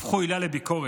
הפכו עילה לביקורת,